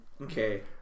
Okay